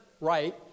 right